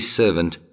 servant